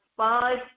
five